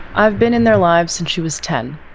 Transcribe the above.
i've been in their lives since she was ten.